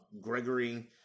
Gregory